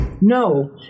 No